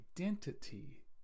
identity